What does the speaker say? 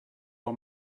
for